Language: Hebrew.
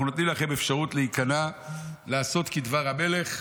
אנחנו נותנים לכם אפשרות להיכנע, לעשות כדבר המלך.